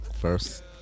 first